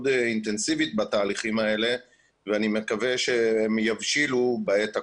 אינטנסיבית בתהליכים האלה ואני מקווה שהם יבשילו בעת הקרובה.